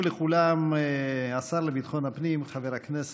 מנסור עבאס (הרשימה המשותפת): 7 השר לביטחון הפנים גלעד